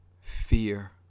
fear